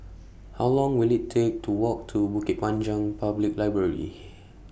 How Long Will IT Take to Walk to Bukit Panjang Public Library